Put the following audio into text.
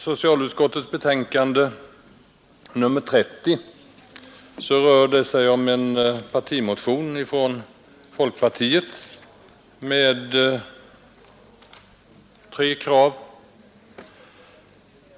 Socialutskottets betänkande nr 30, som vi nu behandlar, har avgivits med anledning av en partimotion från folkpartiet vilken innehåller tre krav.